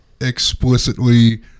explicitly